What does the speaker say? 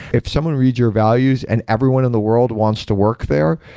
if someone read your values and everyone in the world wants to work there,